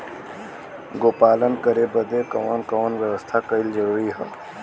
गोपालन करे बदे कवन कवन व्यवस्था कइल जरूरी ह?